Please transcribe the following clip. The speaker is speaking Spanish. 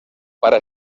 para